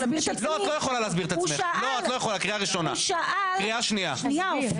יש לי הצעה.